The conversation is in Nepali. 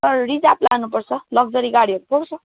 सर रिजर्व लानुपर्छ लक्जरी गाडीहरू पाउँछ